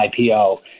IPO